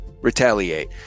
retaliate